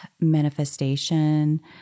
manifestation